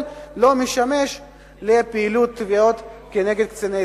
לא משמש לפעילות תביעות נגד קציני צה"ל.